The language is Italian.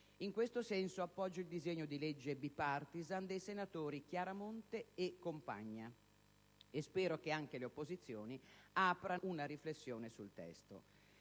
In questo senso, appoggio il disegno di legge *bipartisan* dei senatori Chiaromonte e Compagna e spero che anche le opposizioni aprano una riflessione sul testo.